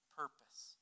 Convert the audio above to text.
purpose